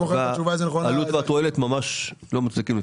והעלות והתועלת ממש לא מצדיקים,